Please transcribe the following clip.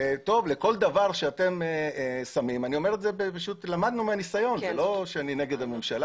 למדנו מהניסיון, זה לא שאני נגד הממשלה